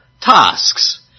tasks